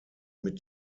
mit